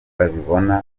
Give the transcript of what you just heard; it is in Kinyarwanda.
babibona